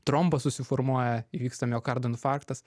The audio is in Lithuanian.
trombas susiformuoja įvyksta miokardo infarktas